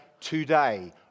today